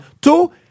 Two